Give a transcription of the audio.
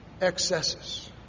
excesses